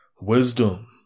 wisdom